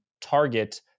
target